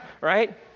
Right